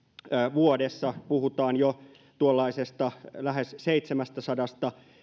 vuodessa puhutaan jo tuollaisesta lähes seitsemästäsadasta